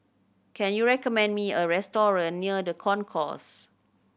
can you recommend me a restaurant near The Concourse